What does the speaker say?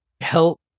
help